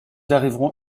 arriverons